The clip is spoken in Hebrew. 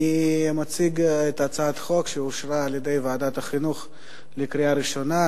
אני מציג את הצעת החוק שאושרה על-ידי ועדת החינוך לקריאה ראשונה,